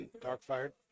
Dark-fired